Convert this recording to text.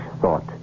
thought